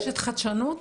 רשת חדשנות?